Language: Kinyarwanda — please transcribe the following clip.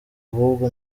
ahubwo